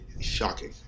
shocking